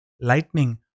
Lightning